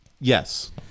yes